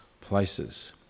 places